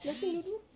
nothing to do